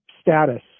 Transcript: status